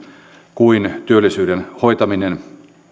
kuin työllisyyden hoitaminen